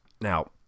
now